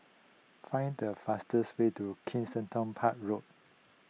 find the fastest way to Kensington Park Road